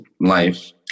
life